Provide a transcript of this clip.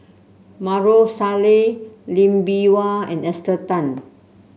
Maarof Salleh Lee Bee Wah and Esther Tan